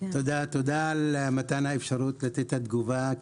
תודה על מתן האפשרות לתת את התגובה.